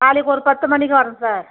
நாளைக்கு ஒரு பத்து மணிக்கு வரோம் சார்